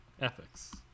ethics